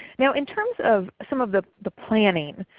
now in terms of some of the the planning,